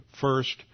First